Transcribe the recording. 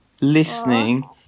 listening